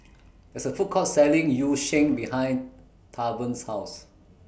There IS A Food Court Selling Yu Sheng behind Tavon's House